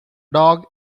dog